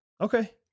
Okay